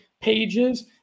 pages